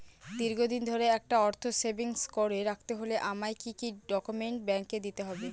দীর্ঘদিন ধরে একটা অর্থ সেভিংস করে রাখতে হলে আমায় কি কি ডক্যুমেন্ট ব্যাংকে দিতে হবে?